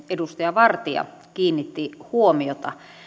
edustaja vartia kiinnitti huomiota